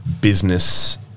business